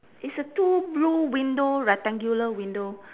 it's a two blue window rectangular window